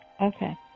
Okay